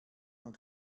und